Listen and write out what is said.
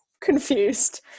confused